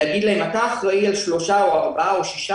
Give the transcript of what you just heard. להגיד להם: אתה אחראי על שלושה או ארבעה או שישה